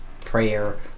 prayer